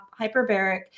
hyperbaric